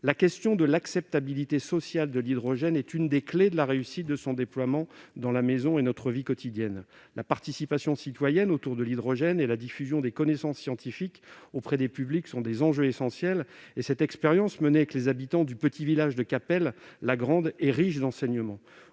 La question de l'acceptabilité sociale de l'hydrogène est l'une des clés de la réussite du déploiement de ce gaz dans nos maisons et dans notre vie quotidienne. La participation citoyenne aux discussions sur l'hydrogène et la diffusion des connaissances scientifiques auprès du public constituent donc des enjeux essentiels. À cet égard, l'expérience menée avec les habitants du petit village de Cappelle-la-Grande est riche d'enseignements.